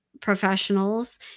professionals